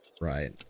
Right